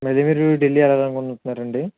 మీరు ఢీల్లీ వేళ్ళాలనుకుంటున్నారండి